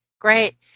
Great